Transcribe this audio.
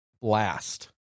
Blast